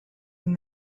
when